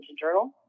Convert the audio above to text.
Journal